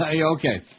Okay